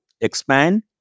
expand